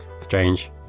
strange